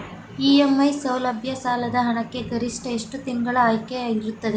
EMI ಸೌಲಭ್ಯ ಸಾಲದ ಹಣಕ್ಕೆ ಗರಿಷ್ಠ ಎಷ್ಟು ತಿಂಗಳಿನ ಆಯ್ಕೆ ಇರುತ್ತದೆ?